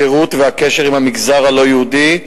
השירות והקשר עם המגזר הלא-יהודי,